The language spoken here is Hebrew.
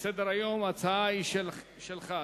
בסדר-היום ההצעה הבאה בתור היא שלך.